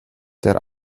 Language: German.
der